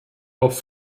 auf